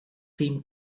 seem